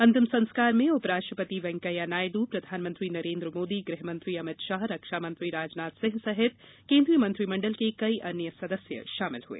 अंतिम संस्कार में उप राष्ट्रपति वैंकैया नायडू प्रधानमंत्री नरेन्द्र मोदी गृहमंत्री अमित शाह रक्षामंत्री राजनाथ सिंह सहित केन्द्रीय मंत्रिमंडल के कई अन्य सदस्य शामिल हुए